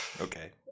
okay